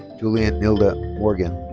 jillian nilda morgan.